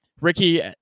Ricky